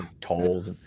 tolls